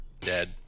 dead